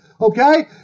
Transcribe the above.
Okay